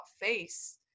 face